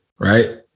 right